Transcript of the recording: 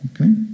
Okay